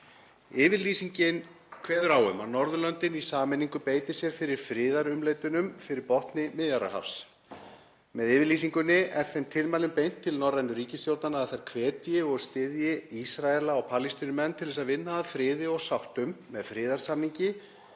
Yfirlýsingin kveður á um að Norðurlöndin í sameiningu beiti sér fyrir friðarumleitunum fyrir botni Miðjarðarhafs. Með yfirlýsingunni er þeim tilmælum beint til norrænu ríkisstjórnanna að þær hvetji og styðji Ísraela og Palestínumenn til þess að vinna að friði og sáttum með friðarsamningi